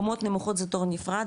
קומות נמוכות זה תור נפרד,